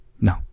No